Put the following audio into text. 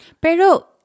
Pero